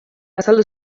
azaldu